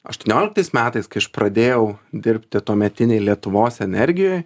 aštuonioliktais metais kai aš pradėjau dirbti tuometinėj lietuvos energijoj